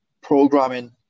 programming